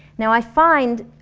now i find